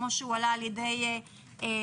כמו שעלה על ידי ועד